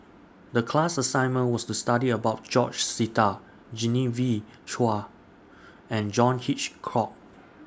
The class assignment was to study about George Sita Genevieve Chua and John Hitchcock